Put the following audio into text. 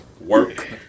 Work